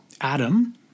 Adam